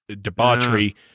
debauchery